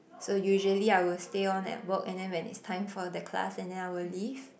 so usually I will stay on at work and then when it's time for that class and then I will leave